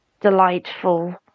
Delightful